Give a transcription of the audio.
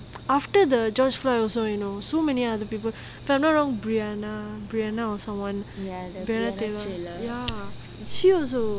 after the george floyd also you know so many other people if I'm not wrong brianna brianna or someone ya she also